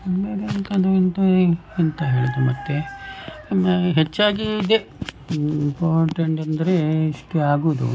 ಆಮೇಲೆ ಎಂತ ಹೇಳುವುದು ಮತ್ತು ಆಮೇಲೆ ಹೆಚ್ಚಾಗಿ ಇದೇ ಇಂಪಾರ್ಟೆಂಟ್ ಅಂದರೆ ಇಷ್ಟೇ ಆಗುವುದು